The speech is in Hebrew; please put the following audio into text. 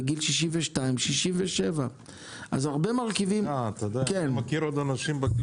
היינו בני 67-62. אני מכיר אנשים בני